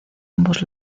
ambos